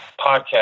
podcast